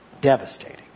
Devastating